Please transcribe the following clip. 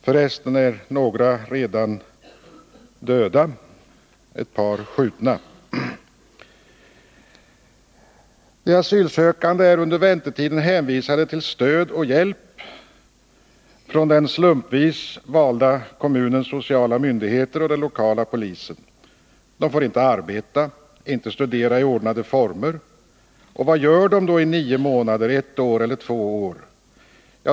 För resten är några av de förpassade redan döda, ett par är skjutna. De asylsökande är under väntetiden hänvisade till stöd och hjälp från den slumpvis valda kommunens sociala myndigheter och den lokala polisen. De får inte arbeta och inte studera i ordnade former. Vad gör de då i nio månader, ett år eller två år?